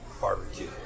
barbecue